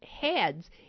Heads